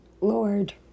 Lord